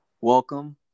welcome